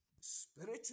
spiritual